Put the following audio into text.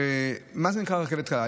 מה זה נקרא רכבת קלה?